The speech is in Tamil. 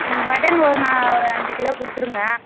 ம் பட்டன் ஒரு நா ஒரு அஞ்சு கிலோ கொடுத்துருங்க